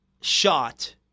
shot